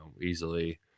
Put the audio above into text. easily